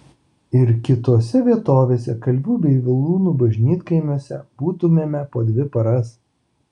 ir kitose vietovėse kalvių bei vilūnų bažnytkaimiuose būtumėme po dvi paras